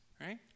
right